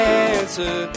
answer